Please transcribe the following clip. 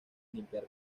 limpiar